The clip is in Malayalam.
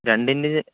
രണ്ടിൻജിൻറ്റെ